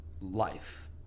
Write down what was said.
life